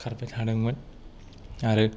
खारबाय थादोंमोन आरो